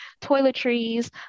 toiletries